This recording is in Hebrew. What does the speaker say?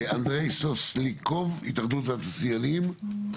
אנדריי סוסליקוב, התאחדות התעשיינים,